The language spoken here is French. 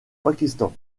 pakistan